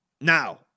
Now